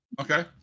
Okay